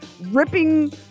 ripping